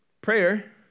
Prayer